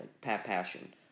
passion